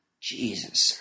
Jesus